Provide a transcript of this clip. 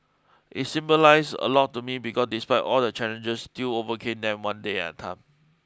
it symbolise a lot to me because despite all the challenges still overcame them one day at time